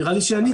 נראה לי שעניתי.